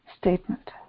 statement